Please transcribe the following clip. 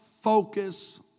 focus